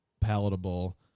palatable